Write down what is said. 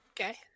Okay